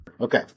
Okay